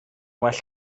well